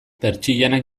pertsianak